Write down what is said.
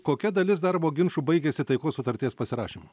kokia dalis darbo ginčų baigiasi taikos sutarties pasirašymu